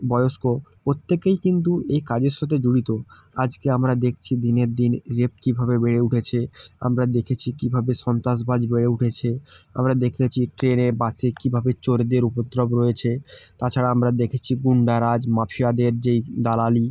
বয়স্ক প্রত্যেকেই কিন্তু এই কাজের সাথে জড়িত আজকে আমরা দেখছি দিনের দিন রেপ কীভাবে বেড়ে উঠেছে আমরা দেখেছি কীভাবে সন্ত্রাসবাজ বেড়ে উঠেছে আমরা দেখেছি ট্রেনে বাসে কীভাবে চোরেদের উপদ্রব রয়েছে তাছাড়া আমরা দেখেছি গুন্ডারাজ মাফিয়াদের যেই দালালি